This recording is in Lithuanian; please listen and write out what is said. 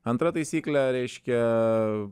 antra taisyklė reiškia